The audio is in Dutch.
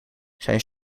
zijn